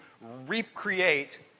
recreate